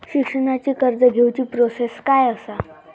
शिक्षणाची कर्ज घेऊची प्रोसेस काय असा?